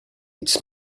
its